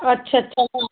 अच्छा अच्छा अच्छा